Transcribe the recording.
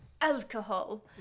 alcohol